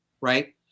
right